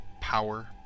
power